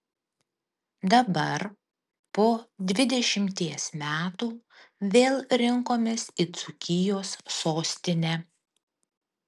dabar po dvidešimties metų vėl rinkomės į dzūkijos sostinę